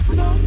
no